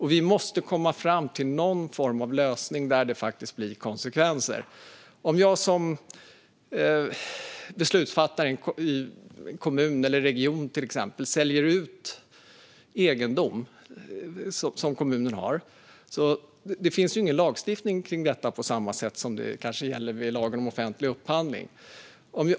Vi måste komma fram till någon form av lösning där det faktiskt blir konsekvenser. Säg att jag som beslutsfattare i en kommun eller region säljer ut egendom som kommunen eller regionen har. Det finns ingen lagstiftning kring det på samma sätt som det gör med lagen om offentlig upphandling.